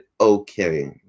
okay